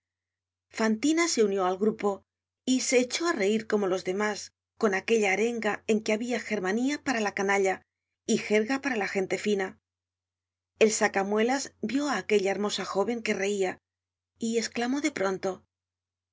fantina se unió al grupo y se echó á reir como los demás con aquella arenga en que habia germanía para la canalla y jerga para la gente fina el sacamuelas vió á aquella hermosa jóven que reia y esclamó de pronto